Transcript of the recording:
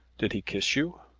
did he kiss you?